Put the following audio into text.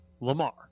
Lamar